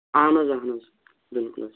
اہن حظ اہن حظ بالکل حظ